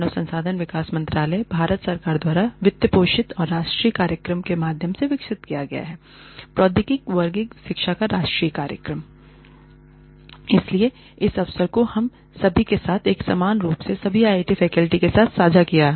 मानव संसाधन विकास मंत्रालय भारत सरकार द्वारा वित्तपोषित और राष्ट्रीय कार्यक्रम के माध्यम से विकसित किया गया "प्रौद्योगिकी वर्धित शिक्षा का राष्ट्रीय कार्यक्रम" National Program on Technology Enhanced LearningNPTEL l इसलिए इस अवसर को हम सभी के साथ एक समान रूप से सभी IIT फैकल्टी के साथ साझा किया गया